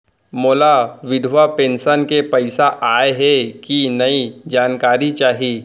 मोला विधवा पेंशन के पइसा आय हे कि नई जानकारी चाही?